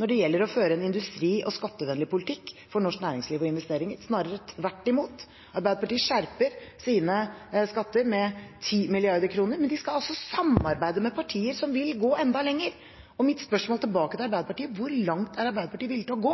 når det gjelder å føre en industri- og skattevennlig politikk for norsk næringsliv og investeringer. Snarere tvert imot, Arbeiderpartiet skjerper sine skatter med 10 mrd. kr, men de skal altså samarbeide med partier som vil gå enda lenger. Mitt spørsmål tilbake til Arbeiderpartiet er: Hvor langt er Arbeiderpartiet villig til å gå